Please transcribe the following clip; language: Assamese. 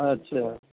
আচ্ছা